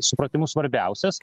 supratimu svarbiausias